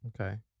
Okay